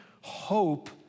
hope